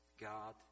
God